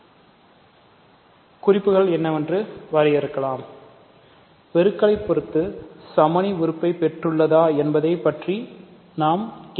வளையங்களின் மற்ற குறிப்புகள் என்ன வென்று வரையறுக்கலாம்ஆனால் பெருக்கல் ஐப் பொறுத்து சமணி உறுப்பை பெற்றுள்ளதா என்பதை பற்றி நாம் கேட்கவில்லை